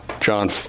John